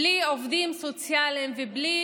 בלי